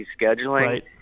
scheduling